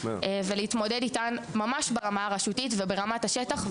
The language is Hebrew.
ולהתמודד איתן ממש ברמה הרשותית וברמת השטח,